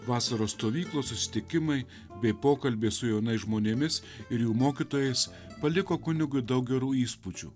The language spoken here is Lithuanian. vasaros stovyklos susitikimai bei pokalbiai su jaunais žmonėmis ir jų mokytojais paliko kunigui daug gerų įspūdžių